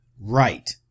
Right